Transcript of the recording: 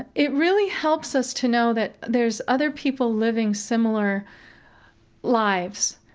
it it really helps us to know that there's other people living similar lives.